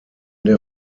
der